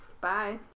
bye